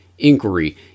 Inquiry